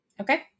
Okay